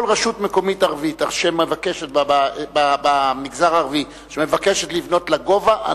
אומר: כל רשות מקומית ערבית במגזר הערבי אשר מבקשת לבנות לגובה,